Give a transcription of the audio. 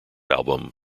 album